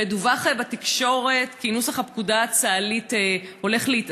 ודווח בתקשורת כי נוסח הפקודה הצה"לית בדבר